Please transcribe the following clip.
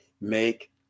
make